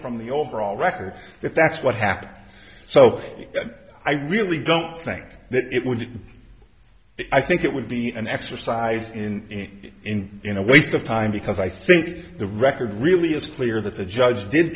from the overall record that that's what happened so i really don't think that it would i think it would be an exercise in and in a waste of time because i think the record really is clear that the judge did